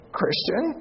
Christian